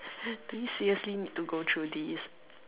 do we seriously need to go through this